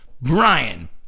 Brian